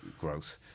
growth